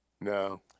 No